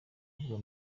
bakobwa